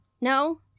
No